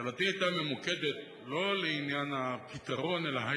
שאלתי היתה ממוקדת לא לעניין הפתרון אלא,